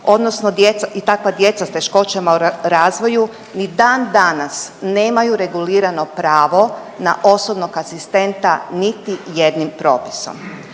odnosno djeca i takva djeca s teškoćama u razvoju ni dan danas nemaju regulirano pravo na osobnog asistenta niti jednim propisom?